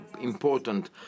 important